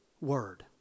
word